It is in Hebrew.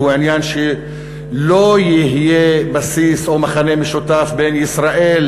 שהוא עניין שלא יהיה בסיס או מכנה משותף בין ישראל